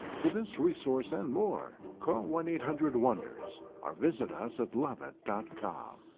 for this resource and more call one eight hundred wonders or visit us at levitt dot com